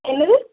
என்னது